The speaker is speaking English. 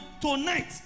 tonight